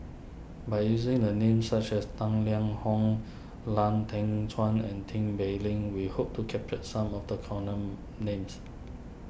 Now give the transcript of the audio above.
by using my names such as Tang Liang Hong Lau Teng Chuan and Tin Pei Ling we hope to capture some of the come long names